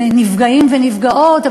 זה נפגעים ונפגעות,